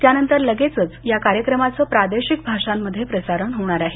त्यानंतर लगेचच या कार्यक्रमाचं प्रादेशिक भाषांमध्ये प्रसारण होणार आहे